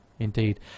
indeed